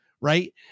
right